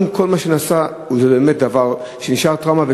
עם כל מה שנעשה, זה באמת דבר שנשאר כטראומה.